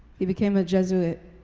he became a jesuit.